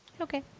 Okay